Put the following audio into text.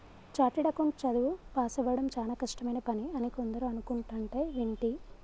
chartered account చదువు పాసవ్వడం చానా కష్టమైన పని అని కొందరు అనుకుంటంటే వింటి